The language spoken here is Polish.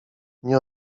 nie